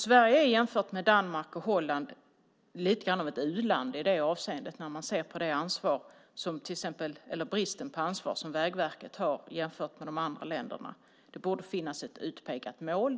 Sverige ter sig, jämfört med Danmark och Holland, lite grann av ett u-land i det avseendet när man ser på det ansvar, eller den brist på ansvar, som Vägverket har jämfört med de andra länderna. Det borde finnas ett utpekat mål.